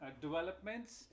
developments